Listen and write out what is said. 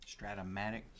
Stratomatic